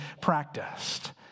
practiced